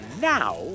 now